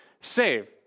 save